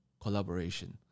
collaboration